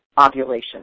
ovulation